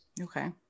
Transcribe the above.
Okay